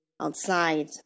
outside